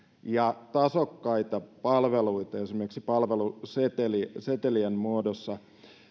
ja tasokkaita palveluita esimerkiksi palvelusetelien muodossa